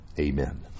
Amen